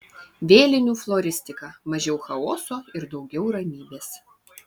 vėlinių floristika mažiau chaoso ir daugiau ramybės